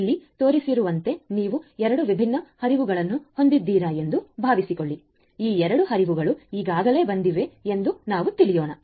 ಇಲ್ಲಿ ತೋರಿಸಿರುವಂತೆ ನೀವು 2 ವಿಭಿನ್ನ ಹರಿವುಗಳನ್ನು ಹೊಂದಿದ್ದೀರಿ ಎಂದುಕೊಳ್ಳೋಣ ಈ 2 ಹರಿವುಗಳು ಈಗಾಗಲೇ ಬಂದಿವೆ ಎಂದು ನಾವು ತಿಳಿಯೋಣ